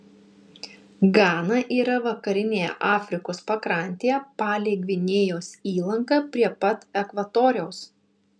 gana yra vakarinėje afrikos pakrantėje palei gvinėjos įlanką prie pat ekvatoriaus